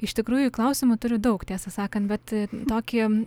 iš tikrųjų klausimų turiu daug tiesą sakant bet tokį